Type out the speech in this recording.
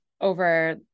over